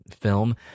film